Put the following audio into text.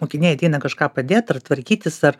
mokiniai ateina kažką padėt ar tvarkytis ar